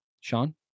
Sean